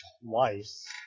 twice